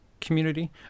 community